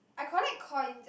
I collect coins eh